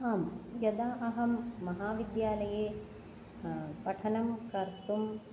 आम् यदा अहं महाविद्यालये पठनं कर्तुम्